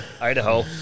Idaho